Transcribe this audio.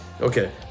Okay